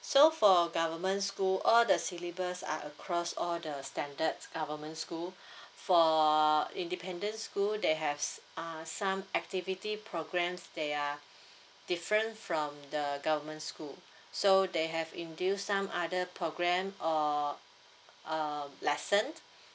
so for government school all the syllabus are across all the standards government school for independent school they have uh some activity programs they are different from the government school so they have induced some other program or um lesson